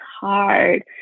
hard